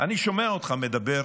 אני שומע אותם מדבר